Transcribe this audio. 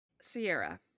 Sierra